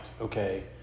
Okay